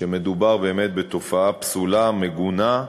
שמדובר באמת בתופעה פסולה, מגונה,